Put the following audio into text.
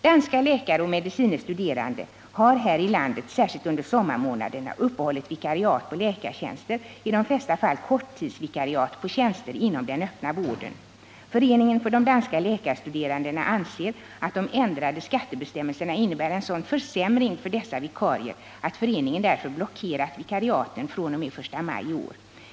Danska läkare och medicine studerande har här i landet — särskilt under 3 sommarmånaderna — uppehållit vikariat på läkartjänster, i de flesta fall korttidsvikariat på tjänster inom den öppna vården. Föreningen för de danska läkarstuderandena anser att de ändrade skattebestämmelserna innebär en försämring för dessa vikarier, och föreningen har därför blockerat vikariaten fr.o.m. den I maj i år.